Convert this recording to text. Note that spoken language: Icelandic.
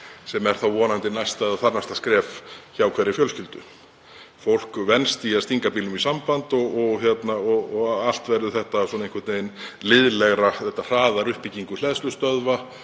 sem er þá vonandi næsta eða þarnæsta skref hjá hverri fjölskyldu. Fólk venst því að stinga bílnum í samband og allt verður þetta liðlegra, þetta hraðar uppbyggingu hleðslustöðva